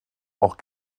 auch